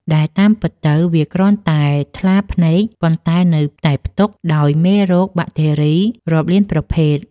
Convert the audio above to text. ដែលតាមពិតទៅវាគ្រាន់តែថ្លាភ្នែក ប៉ុន្តែនៅតែផ្ទុកដោយមេរោគបាក់តេរីរាប់លានប្រភេទ។